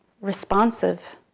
responsive